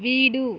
வீடு